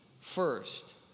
first